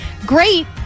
great